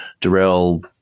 Darrell